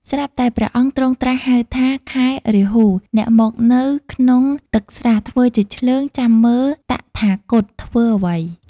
ស្រាប់តែព្រះអង្គទ្រង់ត្រាស់ហៅថា "ខែរាហូ! អ្នកមកនៅក្នុងទឹកស្រះធ្វើជាឈ្លើងចាំមើលតថាគតធ្វើអ្វី?។